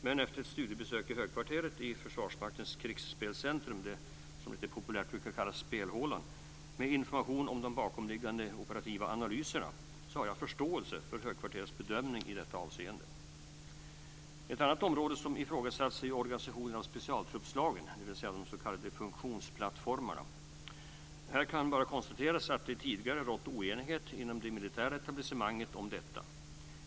Men efter ett studiebesök i högkvarteret i Försvarsmaktens krigsspelscentrum - som lite populärt brukar kallas spelhålan - med information om de bakomliggande operativa analyserna har jag förståelse för högkvarterets bedömning i detta avseende. Ett annat område som har ifrågasatts är organisationen av specialtruppslagen, dvs. de s.k. funktionsplattformarna. Det kan bara konstateras att det tidigare har rått oenighet inom det militära etablissemanget om detta.